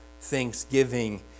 thanksgiving